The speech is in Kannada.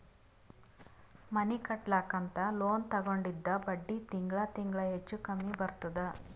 ಮನಿ ಕಟ್ಲಕ್ ಅಂತ್ ಲೋನ್ ತಗೊಂಡಿದ್ದ ಬಡ್ಡಿ ತಿಂಗಳಾ ತಿಂಗಳಾ ಹೆಚ್ಚು ಕಮ್ಮಿ ಬರ್ತುದ್